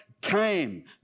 came